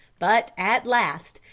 but at last,